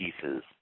pieces